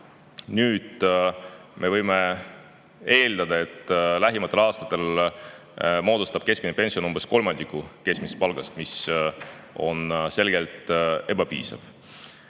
tagasi. Võime eeldada, et lähimatel aastatel moodustab keskmine pension umbes kolmandiku keskmisest palgast, mis on selgelt ebapiisav. Kui